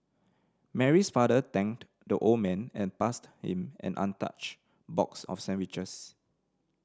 Mary's father thanked the old man and passed him an untouched box of sandwiches